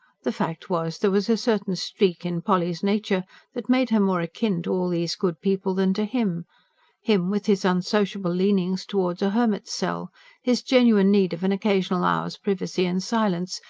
the fact was, there was a certain streak in polly's nature that made her more akin to all these good people than to him him with his unsociable leanings towards a hermit's cell his genuine need of an occasional hour's privacy and silence,